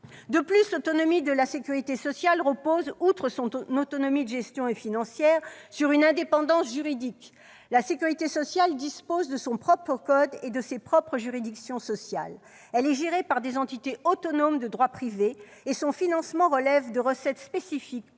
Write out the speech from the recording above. De plus, l'autonomie de la sécurité sociale repose, outre son autonomie de gestion et financière, sur une indépendance juridique. La sécurité sociale dispose de son propre code et de ses propres juridictions sociales. Elle est gérée par des entités autonomes de droit privé. Son financement relève de recettes spécifiques,